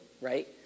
right